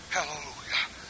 Hallelujah